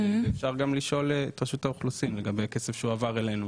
ואפשר גם לשאול את רשות האוכלוסין לגבי הכסף שהועבר אלינו,